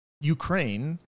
Ukraine